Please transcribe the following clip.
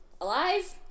alive